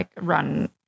run